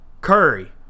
curry